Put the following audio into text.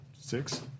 six